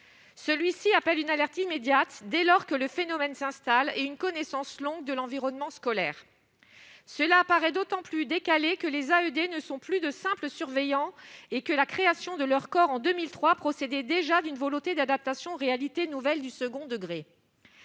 celui-ci appelle une alerte immédiate dès lors que le phénomène s'installe et une connaissance longue de l'environnement scolaire, cela paraît d'autant plus décalé que les AED ne sont plus de simples surveillants et que la création de leur corps en 2003 procédé déjà d'une volonté d'adaptation aux réalités nouvelles du second degré,